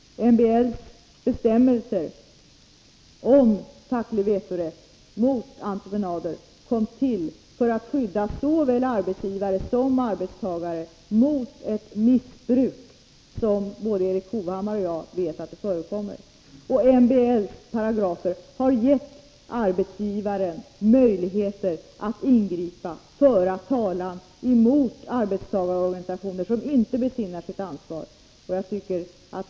MBL:s bestämmelser om facklig vetorätt mot entreprenader kom till för att skydda såväl arbetsgivare som arbetstagare mot ett missbruk som både Erik Hovhammar och jag vet förekommer. MBL:s paragrafer har gett arbetsgivaren möjligheter att ingripa för att föra talan mot arbetstagarorganisationer som inte besinnar sitt ansvar.